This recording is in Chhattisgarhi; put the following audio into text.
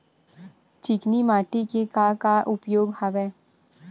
चिकनी माटी के का का उपयोग हवय?